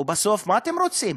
ובסוף, מה אתם רוצים?